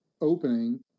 opening